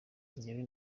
njyewe